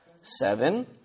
Seven